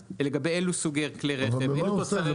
ולגבי אילו סוגי כלי רכב --- אבל במה הוא עושה את זה,